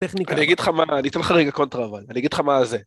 אני אגיד לך מה, אני אתן לך רגע קונטרה אבל, אני אגיד לך מה זה.